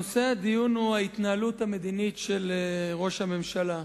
נושא הדיון הוא ההתנהלות המדינית של ראש הממשלה.